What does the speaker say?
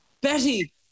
Betty